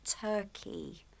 Turkey